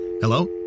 Hello